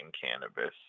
cannabis